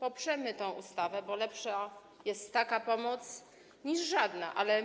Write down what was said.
Poprzemy tę ustawę, bo lepsza jest taka pomoc niż żadna, ale